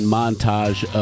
montage